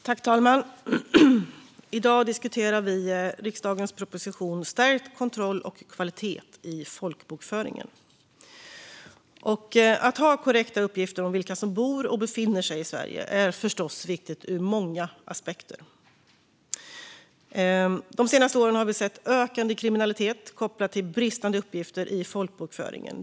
Fru talman! I dag diskuterar vi riksdagens proposition Stärkt kontroll och kvalitet i folkbokföringen . Att ha korrekta uppgifter om vilka som bor och befinner sig i Sverige är förstås viktigt ur många aspekter. De senaste åren har vi sett en ökande kriminalitet kopplad till bristande uppgifter i folkbokföringen.